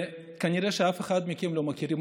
וכנראה אף אחד מכם לא מכיר אותם.